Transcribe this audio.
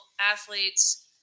athletes